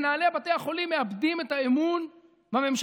מנהלי בתי החולים מאבדים את האמון בממשלה,